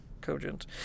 cogent